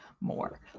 more